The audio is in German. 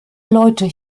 leute